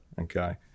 Okay